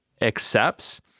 accepts